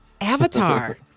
Avatar